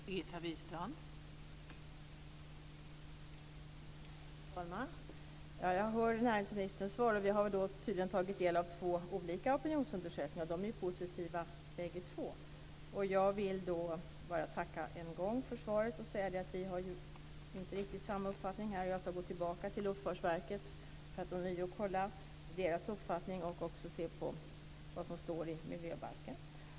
Fru talman! Jag hör näringsministerns svar. Vi har tydligen tagit del av två olika opinionsundersökningar. De är ju positiva båda två. Jag vill tacka än en gång för svaret. Vi har inte riktigt samma uppfattning här. Jag ska gå tillbaka till Luftfartsverket för att ånyo kolla deras uppfattning och också titta på vad som står i miljöbalken.